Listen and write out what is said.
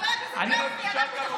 חבר הכנסת גפני, אנחנו נחוקק את זה.